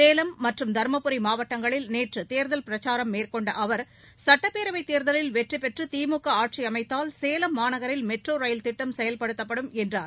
சேலம் மற்றும் தருமபுரி மாவட்டங்களில் நேற்று தேர்தல் பிரச்சாரம் மேற்கொண்ட அவர் சட்டப்பேரவைத் தோதலில் வெற்றிபெற்று திமுக ஆட்சி அமைத்தால் சேலம் மாநகரில் மெட்ரோ ரயில் திட்டம் செயல்படுத்தப்படும் என்றார்